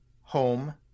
home